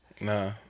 Nah